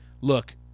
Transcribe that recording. Look